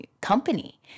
company